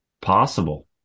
possible